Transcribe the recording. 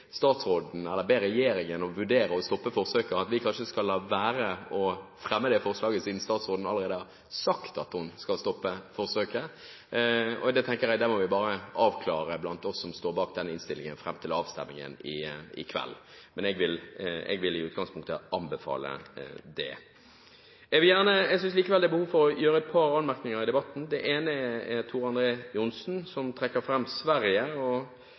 statsråden allerede har sagt at hun skal stoppe forsøket. Det må vi som står bak denne innstillingen, avklare fram mot avstemningen i kveld. Men jeg vil i utgangspunktet anbefale det. Det er likevel behov for å komme med et par anmerkninger til debatten. Det ene er til Tor André Johnsen, som trekker fram Sverige.